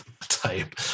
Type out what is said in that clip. type